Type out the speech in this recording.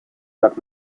как